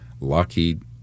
Lockheed